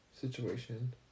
situation